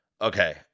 Okay